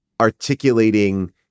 articulating